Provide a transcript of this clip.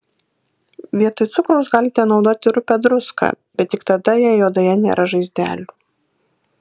vietoj cukraus galite naudoti rupią druską bet tik tada jei odoje nėra žaizdelių